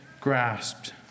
grasped